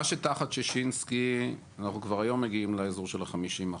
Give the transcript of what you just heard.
מה שתחת שישינסקי אנחנו כבר היום מגיעים לאזור של ה-50%.